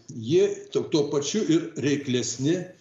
jie tuo tuo pačiu ir reiklesni